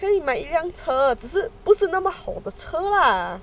可以买一辆车只是不是那么好的车 lah